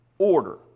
order